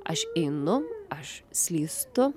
aš einu aš slystu